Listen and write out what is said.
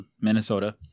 Minnesota